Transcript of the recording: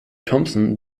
thompson